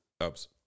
abs